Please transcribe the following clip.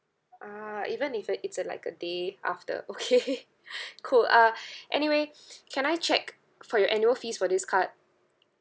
ah even if it it's like a day after okay cool uh anyway can I check for your annual fees for this card